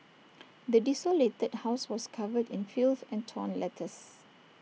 the desolated house was covered in filth and torn letters